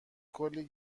کلی